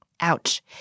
Ouch